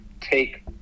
take